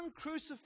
uncrucified